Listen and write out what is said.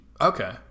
Okay